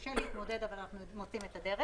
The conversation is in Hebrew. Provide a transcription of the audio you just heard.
קשה להתמודד, אבל אנחנו מוצאים את הדרך.